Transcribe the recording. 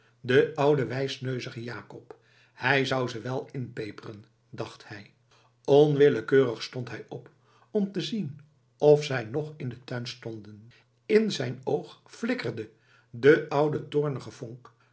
de oude wijsneuzige jacob hij zou ze wel inpeperen dacht hij onwillekeurig stond hij op om te zien of zij nog in den tuin stonden in zijn oog flikkerde de oude